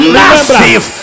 massive